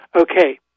Okay